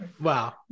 Wow